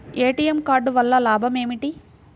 ATM card వల్ల లాభం ఏమిటి?